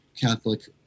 catholic